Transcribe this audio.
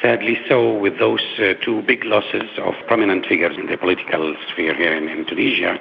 sadly so with those two big losses of permanent figures in the political sphere here in in tunisia